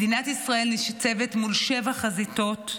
מדינת ישראל ניצבת מול שבע חזיתות.